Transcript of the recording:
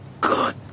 Good